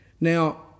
Now